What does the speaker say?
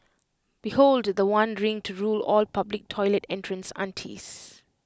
behold The One ring to rule all public toilet entrance aunties